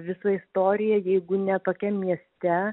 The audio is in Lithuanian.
visa istorija jeigu ne tokiam mieste